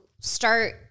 start